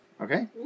Okay